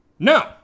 No